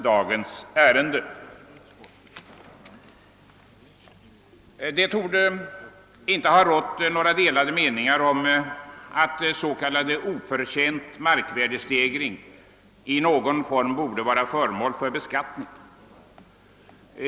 Det torde inte ha rått delade meningar om att s.k. oförtjänt markvärdestegring i någon form bör vara föremål för beskattning.